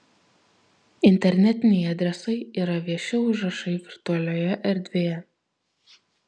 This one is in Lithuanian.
internetiniai adresai yra vieši užrašai virtualioje erdvėje